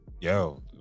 yo